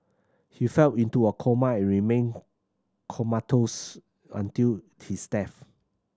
he fell into a coma and remained comatose until his death